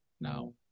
now